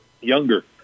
younger